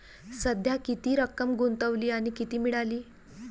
सध्या किती रक्कम गुंतवली आणि किती मिळाली